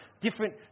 different